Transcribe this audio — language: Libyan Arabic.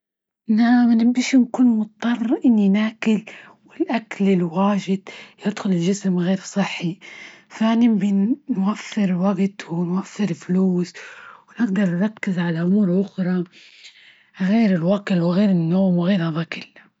نعم أنا امبحي نكون مضطرة إني ناكل والأكل الواجد يدخل الجسم غير صحي، ثانيا بن-بنوفر وجت، ونوفر إفلوس، ونجدر نركز على أمور أخرى غير الوكل، وغير النوم وغير هذا كله.